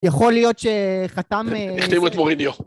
יכול להיות שחתם... נכתב את מורידיו